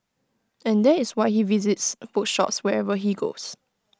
and that is why he visits bookshops wherever he goes